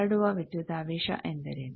ಹರಡುವ ವಿದ್ಯುದಾವೇಶ ಎಂದರೇನು